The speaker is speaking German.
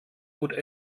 gut